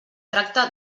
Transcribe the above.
tracte